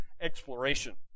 exploration